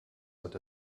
hat